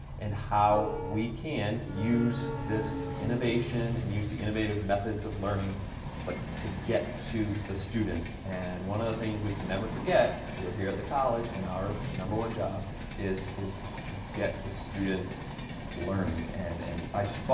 and how we can use this innovation and use the innovative methods of learning but, to get to the students. and one of the things we can never forget, we're here at the college and our number one job is, is is to get the students learning. and, and i just, well,